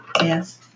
Yes